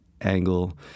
angle